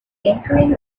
entering